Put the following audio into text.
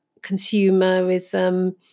consumerism